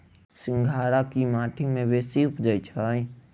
सिंघाड़ा केँ माटि मे बेसी उबजई छै?